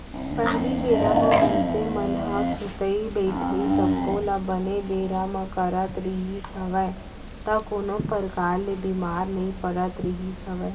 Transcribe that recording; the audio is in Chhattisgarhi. पहिली बेरा म मनसे मन ह सुतई बइठई सब्बो ल बने बेरा म करत रिहिस हवय त कोनो परकार ले बीमार नइ पड़त रिहिस हवय